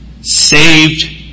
saved